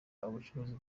abacuruzi